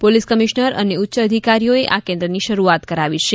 police commissioner અને ઉચ્ય અધિકારીઓએ આ કેન્દ્રની શરૂઆત કરાવી છે